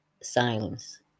silence